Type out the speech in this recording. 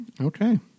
Okay